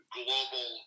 global